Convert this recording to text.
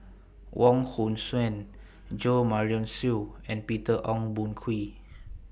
Wong Hong Suen Jo Marion Seow and Peter Ong Boon Kwee